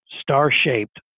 star-shaped